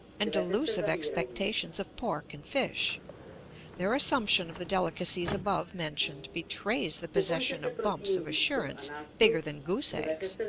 and delusive expectations of pork and fish their assumption of the delicacies above mentioned betrays the possession of bumps of assurance bigger than goose-eggs.